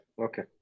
Okay